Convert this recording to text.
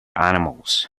animals